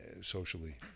socially